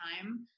time